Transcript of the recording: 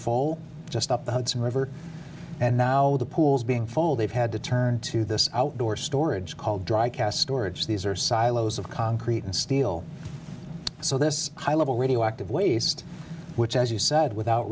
full just up the hudson river and now with the pools being full they've had to turn to this outdoor storage called dry cask storage these are silos of concrete and steel so this high level radioactive waste which as you said without